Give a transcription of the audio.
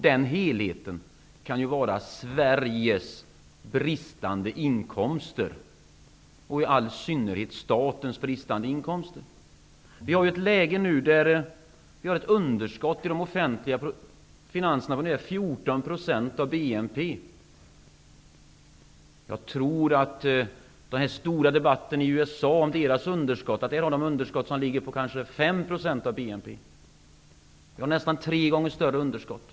Den helheten kan vara Sveriges bristande inkomster, och i all synnerhet statens bristande inkomster. Vi har nu ett underskott i de offentliga finanserna på nära 14 % av BNP. Det förs en stor debatt i USA om deras underskott, som ligger på ungefär 5 % av BNP -- vi har ett nästan tre gånger så stort underskott.